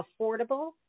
affordable